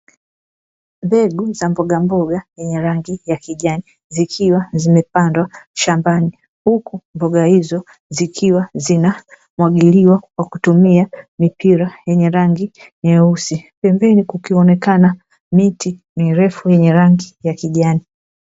Mbegu za mbogamboga zenye rangi ya kijani zikiwa zimepandwa shambani, huku mboga hizo zikiwa zinamwagiliwa kwa kutumia mipira yenye rangi nyeusi. Pembeni kukionekana miti mirefu yenye rangi ya kijani.